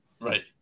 Right